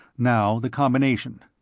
now the combination.